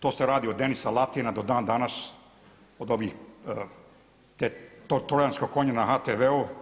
To se radi od Denisa Latina do dan danas od ovih trojanskog konja na HTV-u.